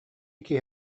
киһи